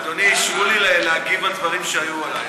אדוני, אישרו לי להגיב על דברים שנאמרו עליי.